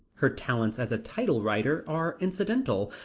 her talents as a title writer are incidental,